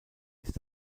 ist